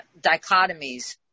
dichotomies